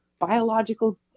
biological